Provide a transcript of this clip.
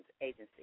agency